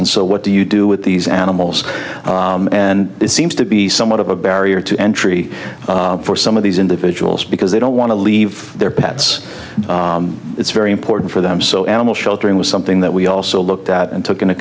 and so what do you do with these animals and it seems to be somewhat of a barrier to entry for some of these individuals because they don't want to leave their pets it's very important for them so animal sheltering was something that we also looked at and took into